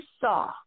saw